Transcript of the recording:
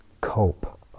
cope